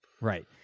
Right